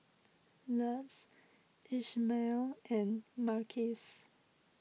Luz Ishmael and Marquise